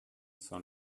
sans